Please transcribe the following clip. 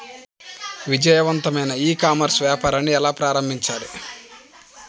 విజయవంతమైన e commerce వ్యాపారాన్ని ఎలా ప్రారంభించాలి?